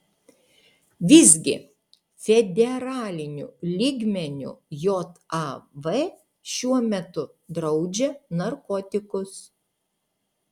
visgi federaliniu lygmeniu jav šiuo metu draudžia narkotikus